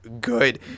good